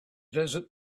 desert